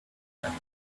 africa